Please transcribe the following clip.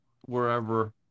wherever